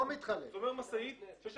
שם יש